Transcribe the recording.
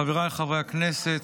חבריי חברי הכנסת,